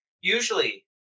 usually